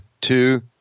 two